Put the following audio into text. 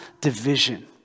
division